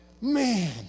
man